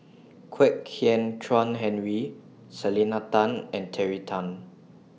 Kwek Hian Chuan Henry Selena Tan and Terry Tan